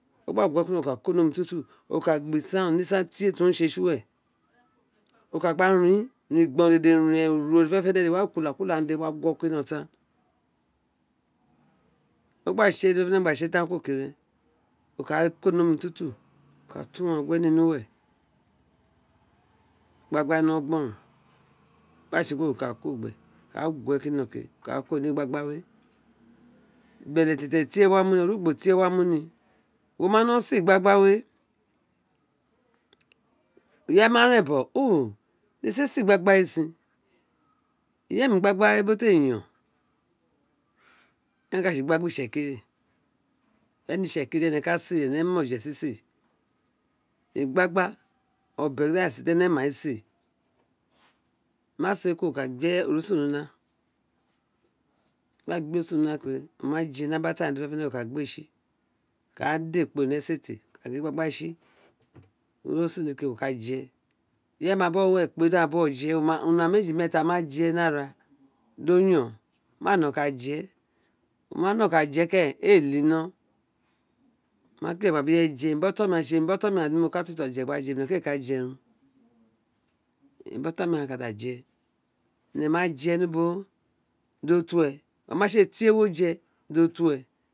Tì mo gba gu we kuro gbr omi ontyen thin tun, mo ka abr sinn isan tie tr my tsi nuwe ó lea gba rin rin logbon to ku, ybo ferifene fede gu wo ku se ded. Ghan, ws gba no aba tise tenkun g ke veo kauko fun wo ka tu ywangs ni gba nó neungboron gboron wo ma tse kuro wo ka gu we kunó ke wo ka kó ní igba gba we béletété tie wa we orugbo tie wo wa mu ni wo ma no si ee igbagba we ireye ma rin bogho ó nesin siee lgbagba we sin eyl emi lgbagba we ti ee yon eren ka tsl lgba gba itsekiri to ri ene itsekiri ene trs si ee ene ma oje sise igbagba obeyen dr ene ma sise wo ma si éé kuro wa ka gbi ee orusun ni una tr wo gba gbi ee orsun we ni wna ma jina bi urun dede fenefene wo ka gbia gba we tsi orusun ke wo ka ka je irsye ma bu uwo wu we kenn wó kpe agháun di a uwo je una wene mejr meeta ma wr uaere wa je ni ara do yon ma ni ka je wo ma nọ kan je keresin ee le i nó wo ma kpé ireye dr a bi uwo je tsitsi emi bi oton mi ma je emi br ọtọn mi ma je dr mo ka tu tu je ene ma je dro to uwo oma tsi tie wọ jé dì o to uwe.